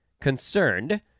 concerned